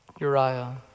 Uriah